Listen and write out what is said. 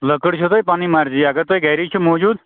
لٔکٕر چھو تۄہہِ پنٕنۍ مرضی اگر تُہۍ گَری چھَو موٗجوٗد